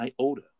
iota